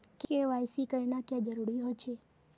KYC करना क्याँ जरुरी होचे?